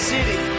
City